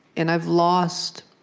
and i've lost